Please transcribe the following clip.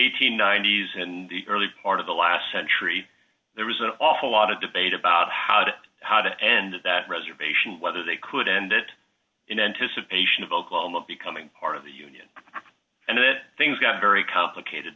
dollars s in the early part of the last century there was an awful lot of debate about how to how to end that reservation whether they could end it in anticipation of oklahoma becoming part of the union and that things got very complicated